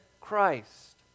Christ